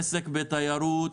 עסק בתיירות,